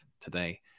today